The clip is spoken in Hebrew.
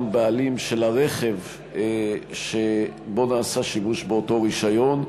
בעלים של הרכב שבו נעשה שימוש באותו רישיון.